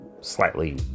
slightly